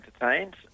entertained